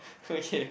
okay